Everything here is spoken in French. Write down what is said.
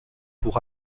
pour